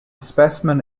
specimen